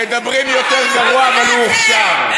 מדברים יותר גרוע, אבל הוא הוכשר.